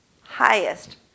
highest